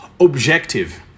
objective